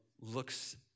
looks